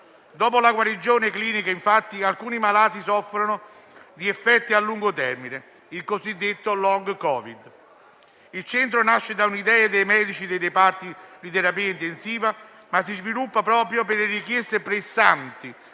Dopo la guarigione clinica, infatti, alcuni malati soffrono di effetti a lungo termine, il cosiddetto long Covid. Il centro nasce da un'idea dei medici dei reparti di terapia intensiva, ma si sviluppa per le richieste pressanti